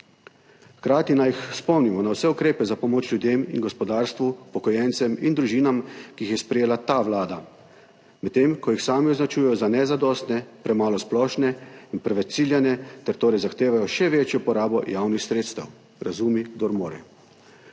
Hkrati naj jih spomnimo na vse ukrepe za pomoč ljudem in gospodarstvu, upokojencem in družinam, ki jih je sprejela ta vlada, medtem ko jih sami označujejo za nezadostne, premalo splošne in preveč ciljane ter torej zahtevajo še večjo porabo javnih sredstev – razumi, kdor more.